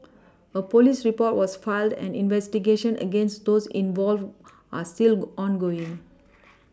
a police report was filed and investigations against those involved are still go ongoing